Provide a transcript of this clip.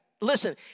Listen